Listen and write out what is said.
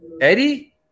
Eddie